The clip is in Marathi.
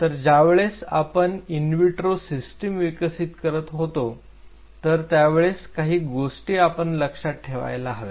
तर ज्या वेळेस आपण इनविट्रो सिस्टीम विकसित करत होतो तर त्यावेळेस काही गोष्टी आपण लक्षात ठेवायला हव्यात